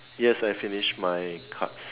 yes I finished my cards